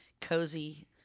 cozy